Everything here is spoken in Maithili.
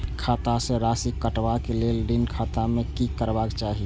खाता स राशि कटवा कै लेल ऋण खाता में की करवा चाही?